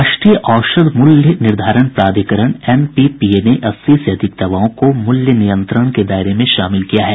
राष्ट्रीय औषध मूल्य निर्धारण प्राधिकरण एनपीपीए ने अस्सी से अधिक दवाओं को मूल्य नियंत्रण के दायरे में शामिल किया है